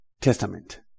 Testament